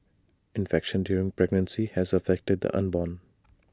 infection during pregnancy has affected the unborn